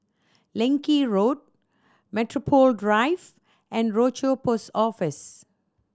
Leng Kee Road Metropole Drive and Rochor Post Office